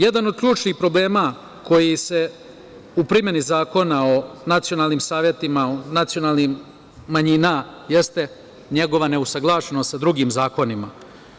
Jedan od ključnih problema koji se u primeni Zakona o nacionalnim savetima nacionalnih manjina jeste njegova neusaglašenost sa drugim zakonima.